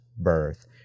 birth